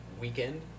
Weekend